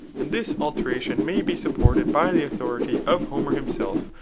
and this alteration may be supported by the authority of homer himself,